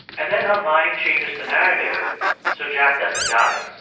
and then her mind changes the narrative so jack doesn't die.